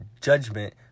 judgment